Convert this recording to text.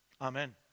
Amen